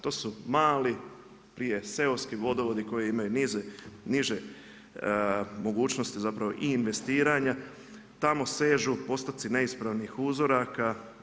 To su mali, prije seoski vodovodi koji imaju niže mogućnosti zapravo i investiranja, tamo sežu postupci neispravnih uzoraka.